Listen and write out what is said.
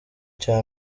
cya